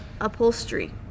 upholstery